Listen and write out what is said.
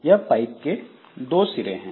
यह पाइप के 2 सिरे हैं